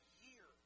year